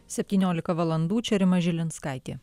septyniolika valandų čia rima žilinskaitė